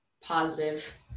Positive